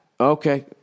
Okay